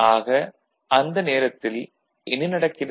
ஆக அந்த நேரத்தில் என்ன நடக்கிறது